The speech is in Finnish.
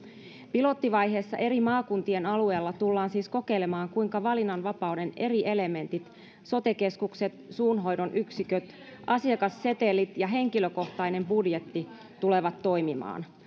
pilottivaiheessa eri maakuntien alueella tullaan siis kokeilemaan kuinka valinnanvapauden eri elementit sote keskukset suunhoidon yksiköt asiakassetelit ja henkilökohtainen budjetti tulevat toimimaan